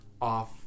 off